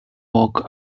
walk